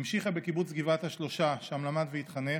המשיכה בקיבוץ גבעת השלושה, שם למד והתחנך,